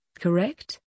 correct